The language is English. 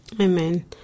Amen